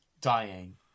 dying